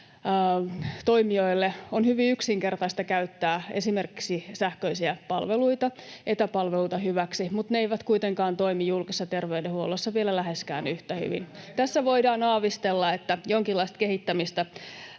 toimijoille on hyvin yksinkertaista käyttää esimerkiksi sähköisiä palveluita, etäpalveluita hyväksi, mutta ne eivät kuitenkaan toimi julkisessa terveydenhuollossa vielä läheskään yhtä hyvin. Tässä voidaan aavistella, että jonkinlaista kehittämistä